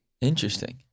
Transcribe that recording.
Interesting